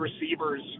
receivers